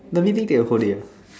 the meeting take the whole day ah